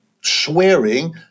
swearing